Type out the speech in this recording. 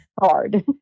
hard